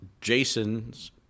Jason's